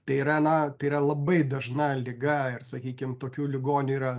tai yra na tai yra labai dažna liga ir sakykim tokių ligonių yra